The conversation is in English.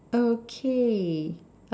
okay